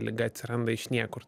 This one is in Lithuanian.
liga atsiranda iš niekur